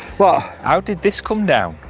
ah how did this come down?